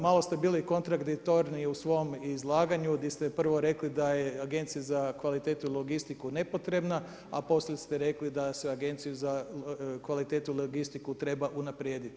Malo ste bili kontradiktorni u svom izlaganju gdje ste prvo rekli da je Agencija za kvalitetu i logistiku nepotrebna a poslije ste rekli da se Agenciju za kvalitetu i logistiku treba unaprijediti.